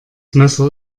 messer